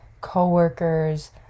coworkers